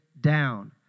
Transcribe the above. down